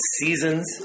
seasons